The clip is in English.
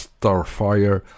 Starfire